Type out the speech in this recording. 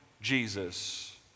Jesus